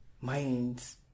minds